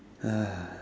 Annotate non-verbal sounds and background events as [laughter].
[noise]